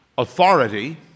authority